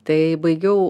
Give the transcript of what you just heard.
tai baigiau